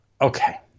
Okay